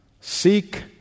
seek